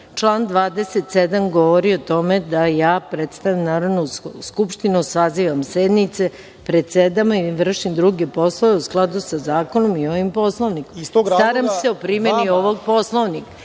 27. govori o tome da ja predstavljam Narodnu skupštinu, sazivam sednice, predsedavam i vršim druge poslove u skladu sa zakonom i ovim Poslovnikom i staram se o primeni ovog Poslovnika. Nemojte